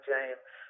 James